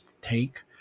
take